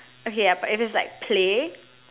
okay ya but if it's like play